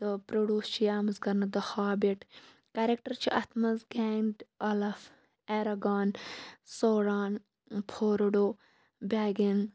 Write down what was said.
تہٕ پَرڈوس چھِ یہِ آمٕژ کَرنہٕ دَ ہابِٹ کیرَکٹَر چھِ اَتھ مَنٛز Gandalf Aragorn Sauron Frodo Baggins